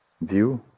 view